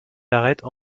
arêtes